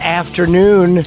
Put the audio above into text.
afternoon